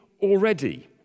already